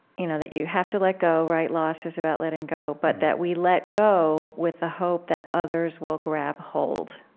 you know, that you have to let go, right? loss is about letting go. but that we let go with the hope that others will grab hold.